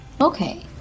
Okay